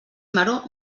maror